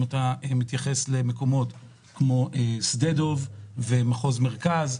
אם אתה מתייחס למקומות כמו שדה דב ומחוז מרכז,